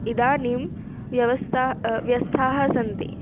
इदानीं व्यस्ताः व्यस्ताः सन्ति